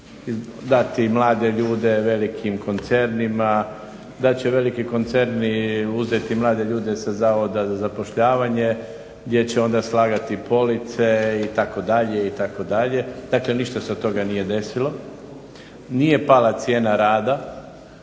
dati mlade ljude velikim koncernima, da će veliki koncerni uzeti mlade ljude sa Zavoda za zapošljavanje gdje će onda slagati police itd., itd. Dakle ništa se od toga nije desilo, nije pala cijena rada,